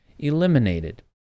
eliminated